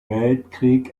weltkrieg